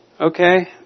Okay